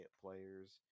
players